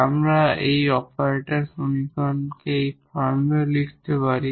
আমরা এই অপারেটর সমীকরণটি এই ফর্মটিতেও লিখতে পারি